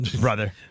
brother